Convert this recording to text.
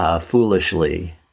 Foolishly